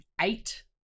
eight